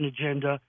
agenda